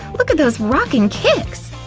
look at those rockin' kicks!